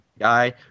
guy